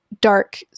dark